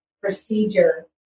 procedure